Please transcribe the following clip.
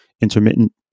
intermittent